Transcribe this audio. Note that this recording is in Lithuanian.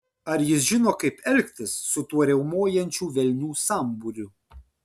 ar jis žino kaip elgtis su tuo riaumojančių velnių sambūriu